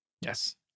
Yes